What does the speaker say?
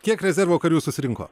kiek rezervo karių susirinko